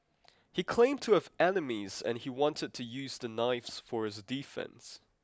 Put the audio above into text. he claimed to have enemies and he wanted to use the knives for his defence